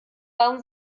waren